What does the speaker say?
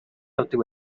явдаг